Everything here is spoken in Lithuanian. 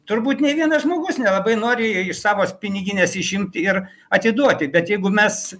turbūt nė vienas žmogus nelabai nori iš savos piniginės išimti ir atiduoti bet jeigu mes